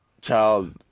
child